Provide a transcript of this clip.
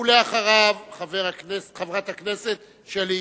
ואחריו, חברת הכנסת שלי יחימוביץ.